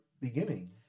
beginning